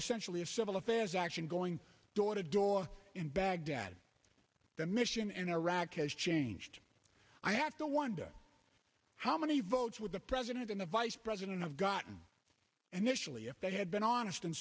essentially a civil affairs action going door to door in baghdad the mission in iraq has changed i have to wonder how many votes with the president and the vice president have gotten and nationally if they had been honest and